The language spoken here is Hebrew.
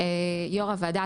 יו"ר הוועדה,